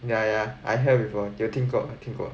yeah yeah I heard before 有听过有听过